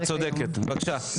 את צודקת, בבקשה.